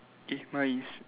eh my is